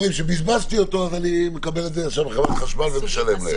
וכשבזבזתי אותו אז אני מקבל את זה ישר מחברת חשמל ומשלם להם.